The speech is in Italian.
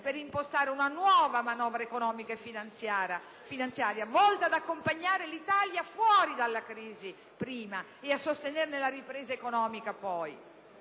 per impostare una nuova manovra economica e finanziaria volta ad accompagnare l'Italia fuori dalla crisi, prima, e a sostenerne la ripresa economica, poi.